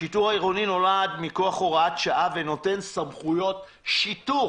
השיטור העירוני נולד מכוח הוראת שעה ונותן סמכויות שיטור